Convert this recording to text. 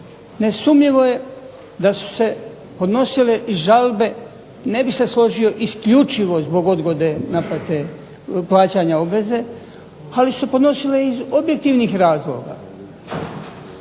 Nesumnjivo je da su se podnosile i žalbe, ne bih se složio isključivo zbog odgode naplate plaćanje obveze, ali su se podnosile iz objektivnih razloga.